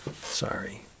Sorry